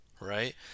right